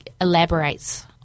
elaborates